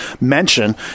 mention